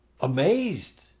amazed